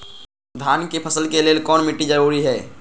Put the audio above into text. धान के फसल के लेल कौन मिट्टी जरूरी है?